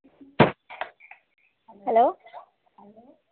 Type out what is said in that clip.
hello